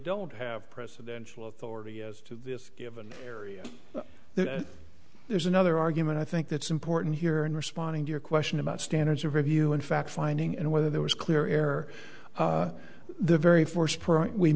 don't have presidential authority given that there's another argument i think that's important here in responding to your question about standards of review in fact finding and whether there was clear air the very